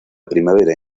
primavera